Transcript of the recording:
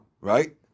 Right